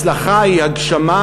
הצלחה היא הגשמה,